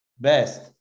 Best